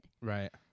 Right